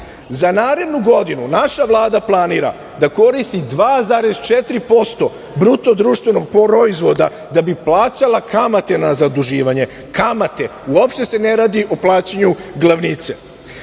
Za narednu godinu naša Vlada planira da koristi 2,4% BDP da bi plaćala kamate na zaduživanje. Kamate, uopšte se ne radi o plaćanju glavnice,